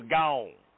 gone